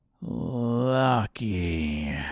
Lucky